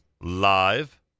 live